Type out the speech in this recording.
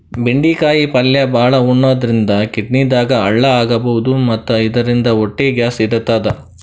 ಬೆಂಡಿಕಾಯಿ ಪಲ್ಯ ಭಾಳ್ ಉಣಾದ್ರಿನ್ದ ಕಿಡ್ನಿದಾಗ್ ಹಳ್ಳ ಆಗಬಹುದ್ ಮತ್ತ್ ಇದರಿಂದ ಹೊಟ್ಟಿ ಗ್ಯಾಸ್ ಹಿಡಿತದ್